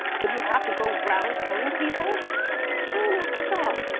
but you have to go round telling people eleanor, stop,